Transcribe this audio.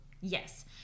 Yes